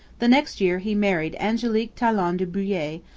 the next year he married angelique talon du boulay,